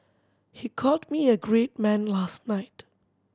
he called me a great man last night